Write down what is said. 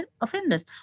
offenders